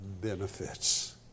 benefits